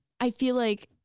i feel like,